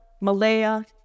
Malaya